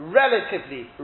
relatively